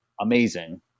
Amazing